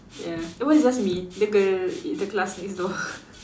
ya it was just me the girl the classmates though